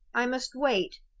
i must wait.